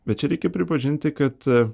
bet čia reikia pripažinti kad